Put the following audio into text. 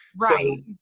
Right